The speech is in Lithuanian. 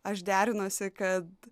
aš derinuosi kad